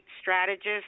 strategist